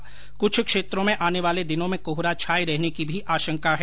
ेकुछ क्षेत्रों में आने वाले दिनों में कोहरा छाये रहने की भी आशंका है